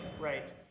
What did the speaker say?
right